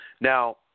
Now